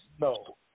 no